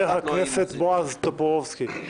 חבר הכנסת בועז טופורבסקי,